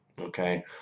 okay